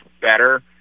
better